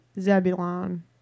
Zebulon